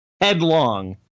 headlong